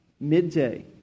Midday